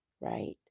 right